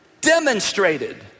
demonstrated